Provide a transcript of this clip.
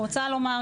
אני רוצה לומר,